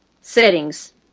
Settings